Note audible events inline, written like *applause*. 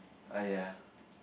!aiya! *breath*